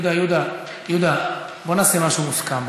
יהודה, בוא נעשה משהו מוסכם.